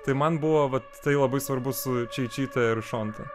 tai man buvo vat tai labai svarbus čia čeičytė šonta